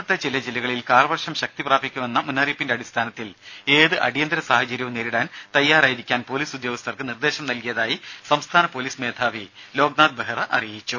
രേര സംസ്ഥാനത്തെ ചില ജില്ലകളിൽ കാലവർഷം ശക്തിപ്രാപിക്കുമെന്ന മുന്നറിയിപ്പിന്റെ അടിസ്ഥാനത്തിൽ ഏത് അടിയന്തിര സാഹചര്യവും നേരിടാൻ തയ്യാറായിരിക്കാൻ പോലീസുദ്യോഗസ്ഥർക്ക് നിർദ്ദേശം നൽകിയതായി സംസ്ഥാന പോലീസ് മേധാവി ലോക്നാഥ് ബെഹ്റ അറിയിച്ചു